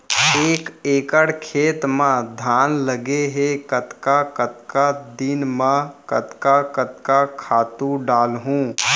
एक एकड़ खेत म धान लगे हे कतका कतका दिन म कतका कतका खातू डालहुँ?